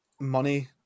money